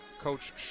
Coach